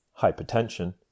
hypertension